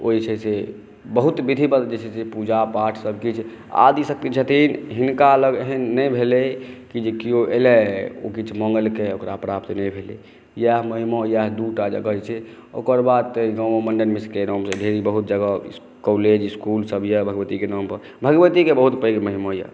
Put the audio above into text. ओ जे छै से बहुत विधिवत जे छै पूजा पाठसभ किछु आदि शक्ति पीठ छथिन हिनका लग एहन नहि भेलै की जे केओ एलै ओ किछु मंगलकै आ ओकरा प्राप्त नहि भेलै इएह महिमा इएह दूटा जगह जे छै ओकर बाद तऽ ई गाँवमे मण्डन मिश्रक नामसॅं ढेरी बहुत जगह कॉलेज स्कूलसभ यऽ भगवतीक नाम पर भगवतीक बहुत पैघ महिमा यऽ